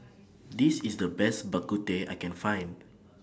This IS The Best Bak Kut Teh I Can Find